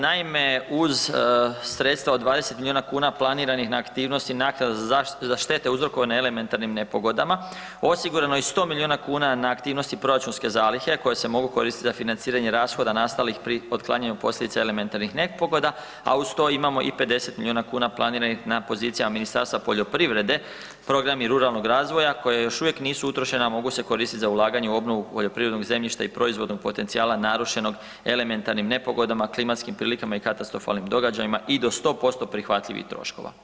Naime, uz sredstva od 20 milijuna kuna planiranih na aktivnosti naknadu za štete uzrokovane elementarnim nepogodama, osigurano je 100 milijuna kuna na aktivnosti proračunske zalihe, a koje se mogu koristiti za financiranje rashoda nastalih pri otklanjanju posljedica elementarnih nepogoda, a uz to imamo i 50 milijuna kuna planiranih na pozicijama Ministarstva poljoprivrede, programi ruralnog razvoja koja još uvijek nisu utrošena, a mogu se koristiti za ulaganje u obnovu poljoprivrednog zemljišta i proizvodnog potencijala narušenog elementarnim nepogodama, klimatskim prilikama i katastrofalnim događajima i do 100% prihvatljivih troškova.